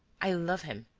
i love him,